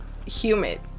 Humid